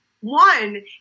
One